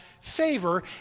favor